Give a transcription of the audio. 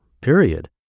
period